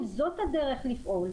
אם זאת הדרך לפעול,